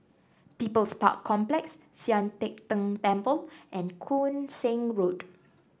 People's Park Complex Sian Teck Tng Temple and Koon Seng Road